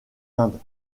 indes